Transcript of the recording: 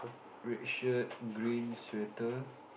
red shirt green sweater